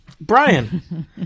Brian